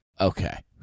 okay